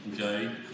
okay